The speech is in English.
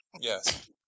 Yes